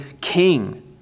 king